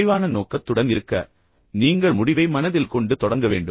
தெளிவான நோக்கத்துடன் இருக்க நீங்கள் முடிவை மனதில் கொண்டு தொடங்க வேண்டும்